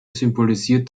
symbolisiert